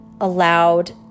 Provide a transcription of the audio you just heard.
allowed